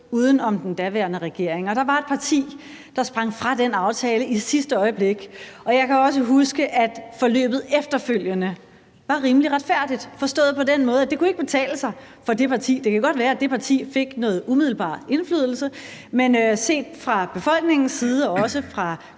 uden om den daværende regering, og der var et parti, der sprang fra den aftale i sidste øjeblik. Jeg kan også huske, at forløbet efterfølgende var rimelig retfærdigt forstået på den måde, at det ikke kunne ikke betale sig for det parti. Det kan godt være, at det parti fik noget umiddelbar indflydelse, men set fra befolkningens side og fra